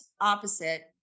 opposite